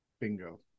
Bingo